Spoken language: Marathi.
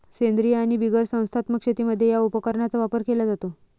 सेंद्रीय आणि बिगर संस्थात्मक शेतीमध्ये या उपकरणाचा वापर केला जातो